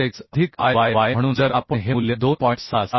Ixx अधिक Iyy म्हणून जर आपण हे मूल्य 2